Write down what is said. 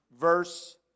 verse